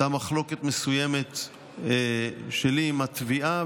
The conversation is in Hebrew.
הייתה מחלוקת מסוימת שלי עם התביעה,